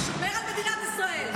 הוא שומר על מדינת ישראל.